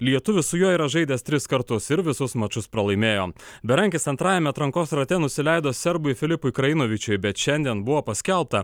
lietuvis su juo yra žaidęs tris kartus ir visus mačus pralaimėjo berankis antrajame atrankos rate nusileido serbui filipui krainovičiui bet šiandien buvo paskelbta